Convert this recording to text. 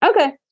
Okay